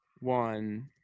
one